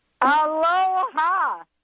Aloha